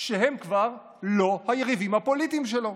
שהם כבר לא היריבים הפוליטיים שלו.